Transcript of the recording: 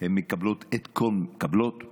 הן מקבלות, מקבלים,